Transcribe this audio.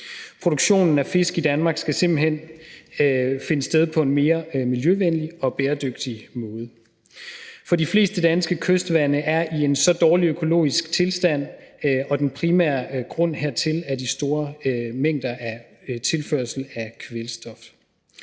Produktionen af fisk i Danmark skal simpelt hen finde sted på en mere miljøvenlig og bæredygtig måde. For de fleste danske kystvande er i en dårlig økologisk tilstand, og den primære grund hertil er de store mængder af tilførsel af kvælstof.